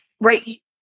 right